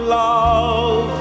love